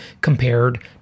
compared